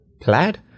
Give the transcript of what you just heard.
Plaid